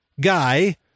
guy